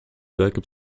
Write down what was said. backup